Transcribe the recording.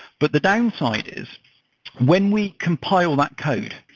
but the downside is when we compile that code,